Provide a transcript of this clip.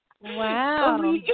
Wow